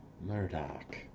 Murdoch